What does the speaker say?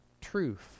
truth